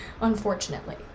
unfortunately